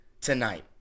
tonight